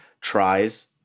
tries